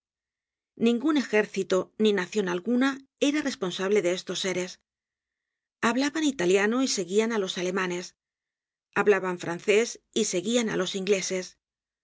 ningun ejército ni nacion alguna era responsable de estos seres hablaban italiano y seguian á los alemanes hablaban francés y seguian á los ingleses